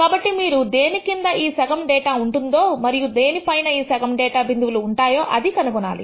కాబట్టి మీరు దేని కింద ఈ సగం డేటా ఉంటుందో మరియు దేని పైన సగం డేటా బిందువులు ఉంటాయో అది కనుగొనాలి